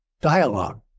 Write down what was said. dialogue